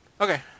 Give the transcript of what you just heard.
Okay